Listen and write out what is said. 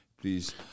please